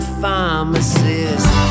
pharmacist